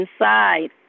inside